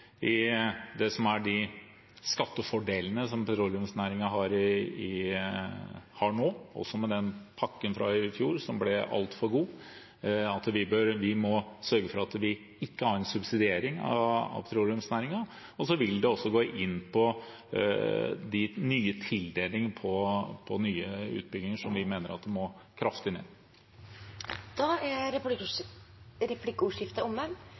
å ta tak i de skattefordelene som petroleumsnæringen har nå, også den pakken fra i fjor som ble altfor god – vi må sørge for at vi ikke har en subsidiering av petroleumsnæringen – og å gå inn på de nye tildelingene på nye utbygginger, som vi mener må kraftig ned. Replikkordskiftet er omme.